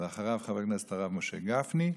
אחריו, חבר הכנסת הרב משה גפני,